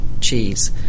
cheese